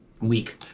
week